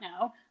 now